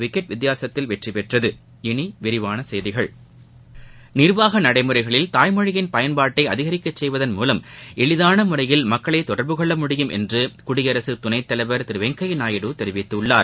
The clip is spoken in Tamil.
விக்கெட் வித்தியாசத்தில் வென்றது இனி விரிவான செய்திகள் நிர்வாக நடைமுறைகளில் தாய்மொழி பயன்பாட்டை அதிகரிக்க செய்வதன் மூலம் எளிதான முறையில் மக்களை தொடர்பு கொள்ள முடியும் என்று குடியரசுத் துணைத் தலைவர் திரு வெங்கையா நாயுடு தெரிவித்துள்ளார்